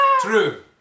True